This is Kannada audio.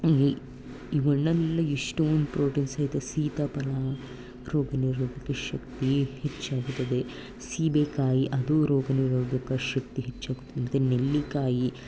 ಈ ಹಣ್ಣಿನಿಂದ ಎಷ್ಟೋಂದು ಪ್ರೋಟೀನ್ಸ್ ಐತೆ ಸೀತಾಫಲ ರೋಗನಿರೋಧಕ ಶಕ್ತಿ ಹೆಚ್ಚಾಗುತ್ತದೆ ಸೀಬೆಕಾಯಿ ಅದು ರೋಗನಿರೋಧಕ ಶಕ್ತಿ ಹೆಚ್ಚಾಗುತ್ತದೆ ಮತ್ತು ನೆಲ್ಲಿಕಾಯಿ